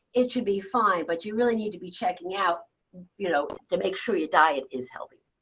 it should be fine, but you really need to be checking out you know to make sure your diet is healthy.